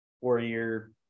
four-year